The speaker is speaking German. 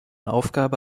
aufgabe